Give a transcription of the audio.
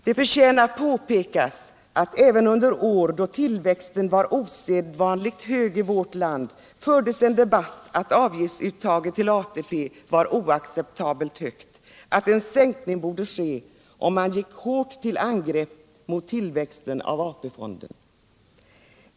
Det förtjänar påpekas att även under år då tillväxten var osedvanligt hög i vårt land fördes en debatt om att avgiftsuttaget till ATP var oacceptabelt högt, att en sänkning borde ske, och man gick till hårt angrepp mot tillväxten av AP-fonden.